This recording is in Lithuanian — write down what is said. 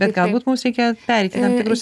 bet galbūt mums reikia pereiti tam tikrus